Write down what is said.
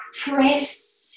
press